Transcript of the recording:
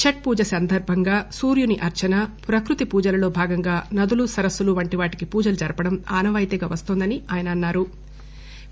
ఛట్ పూజ సందర్భంగా సూర్యుని అర్చన ప్రకృతి పూజలలో భాగంగా నదులు సరస్సులు వంటి వాటికి పూజలు జరపడం ఆనవాయితీగా వస్తుందని ఆయన అన్నారు